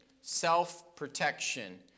self-protection